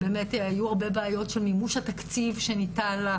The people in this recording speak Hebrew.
היו הרבה בעיות של מימוש התקציב שניתן לך,